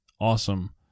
awesome